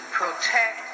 protect